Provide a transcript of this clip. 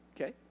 okay